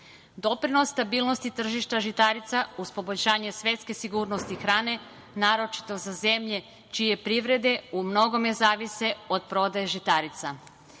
doprinos stabilnosti tržišta žitarica uz poboljšanje svetske sigurnosti hrane, naročito za zemlje čije privrede u mnogome zavise od prodaje žitarica